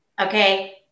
okay